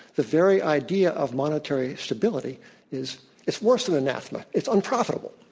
the very idea of monetary stability is it's worse than anathema. it's unprofitable.